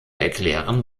erklären